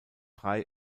drei